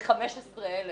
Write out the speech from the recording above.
זה 15,000